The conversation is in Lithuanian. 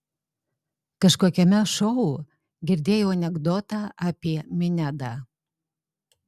kažkokiame šou girdėjau anekdotą apie minedą